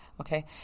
Okay